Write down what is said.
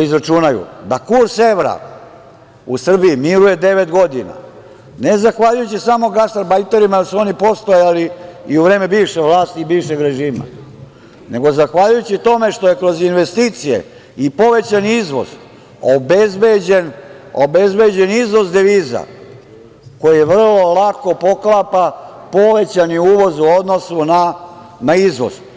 izračunaju da kurs evra u Srbiji miruje već 9 godina, ne zahvaljujući samo gastarbajterima, jer su oni postojali i u vreme bivše vlasti i bivšeg režima, nego zahvaljujući tome što je kroz investicije i povećan izvoz obezbeđen izvoz deviza, koje vrlo lako poklapa povećani uvoz, u odnosu na izvoz.